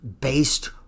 based